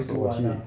cause 我去